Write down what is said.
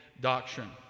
doctrine